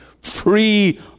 free